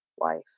life